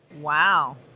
Wow